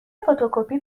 فتوکپی